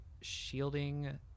shielding